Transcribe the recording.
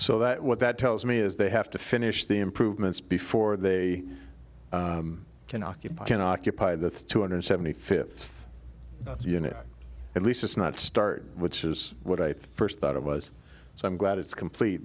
so that what that tells me is they have to finish the improvements before they can occupy can occupy the two hundred seventy fifth unit at least not start which is what i first thought it was so i'm glad it's complete